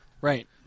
Right